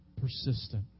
persistent